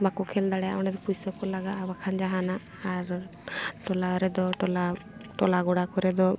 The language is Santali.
ᱵᱟᱠᱚ ᱠᱷᱮᱞ ᱫᱟᱲᱮᱭᱟᱜᱼᱟ ᱚᱸᱰᱮ ᱫᱚ ᱯᱩᱭᱥᱟᱹ ᱠᱚ ᱞᱟᱜᱟᱜᱼᱟ ᱵᱟᱠᱷᱟᱱ ᱡᱟᱦᱟᱱᱟᱜ ᱟᱨ ᱴᱚᱞᱟ ᱨᱮᱫᱚ ᱴᱚᱞᱟ ᱴᱚᱞᱟ ᱜᱚᱲᱟ ᱠᱚᱨᱮ ᱫᱚ